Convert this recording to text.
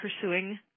pursuing